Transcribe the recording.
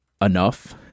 enough